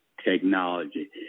technology